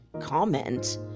comment